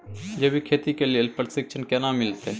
जैविक खेती के लेल प्रशिक्षण केना मिलत?